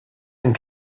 and